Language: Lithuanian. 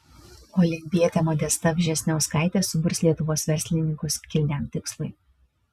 olimpietė modesta vžesniauskaitė suburs lietuvos verslininkus kilniam tikslui